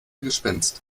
gespenst